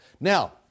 Now